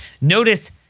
Notice